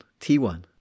T1